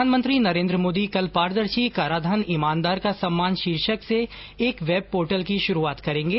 प्रधानमंत्री नरेन्द्र मोदी कल पारदर्शी कराधान ईमानदार का सम्मान शीर्षक से एक वेब पोर्टल की शुरूआत करेंगे